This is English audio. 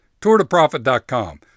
tourtoprofit.com